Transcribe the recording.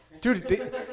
Dude